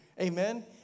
amen